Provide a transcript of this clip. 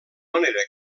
manera